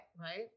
Right